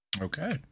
Okay